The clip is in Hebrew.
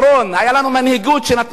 היתה לנו מנהיגות שנתנה מלה,